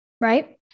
Right